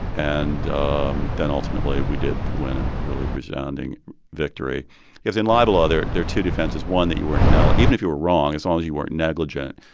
and um then ultimately, we did win a really resounding victory because in libel law, there are two defenses one, that you weren't now, even if you were wrong, as long as you weren't negligent,